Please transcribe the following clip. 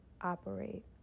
operate